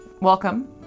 welcome